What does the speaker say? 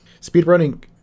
speedrunning